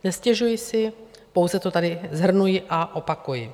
Nestěžuji si, pouze to tady shrnuji a opakuji.